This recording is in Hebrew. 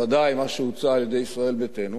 ודאי מה שהוצע על-ידי ישראל ביתנו,